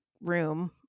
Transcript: room